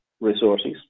resources